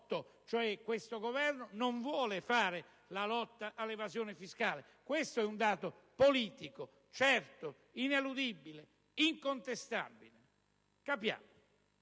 Questo Governo, quindi, non vuole fare la lotta all'evasione fiscale. Questo è un dato politico certo, ineludibile ed incontestabile: abbiamo